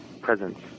presence